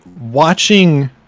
watching